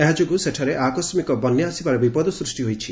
ଏହାଯୋଗୁଁ ସେଠାରେ ଆକସ୍କିକ ବନ୍ୟା ଆସିବାର ବିପଦ ସୃଷ୍ଟି ହୋଇଛି